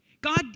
God